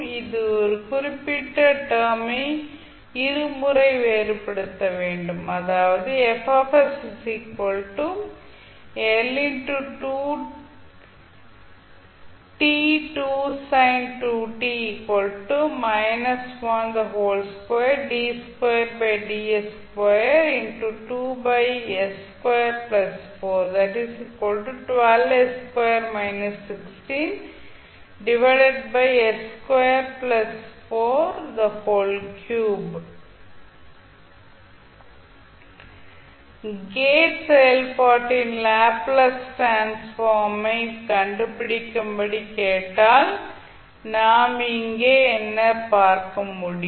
இந்த குறிப்பிட்ட டேர்ம் ஐ இருமுறை வேறுபடுத்த வேண்டும் அதாவது கேட் செயல்பாட்டின் லேப்ளேஸ் டிரான்ஸ்ஃபார்ம் கண்டுபிடிக்கும்படி கேட்டால் நாம் இங்கே என்ன பார்க்க முடியும்